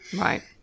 Right